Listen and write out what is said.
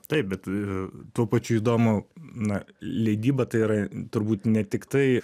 taip bet tuo pačiu įdomu na leidyba tai yra turbūt ne tiktai